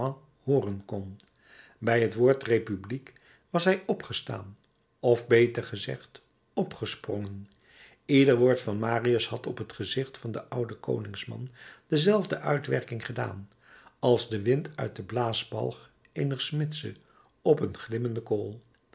hooren kon bij het woord republiek was hij opgestaan of beter gezegd opgesprongen ieder woord van marius had op het gezicht van den ouden koningsman dezelfde uitwerking gedaan als de wind uit de blaasbalg eener smidse op een glimmende kool